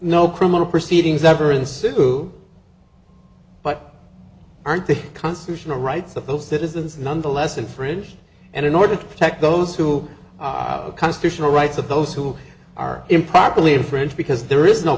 no criminal proceedings ever ensue but aren't the constitutional rights of those citizens nonetheless in fridge and in order to protect those who constitutional rights of those who are improperly infringed because there is no